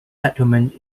settlement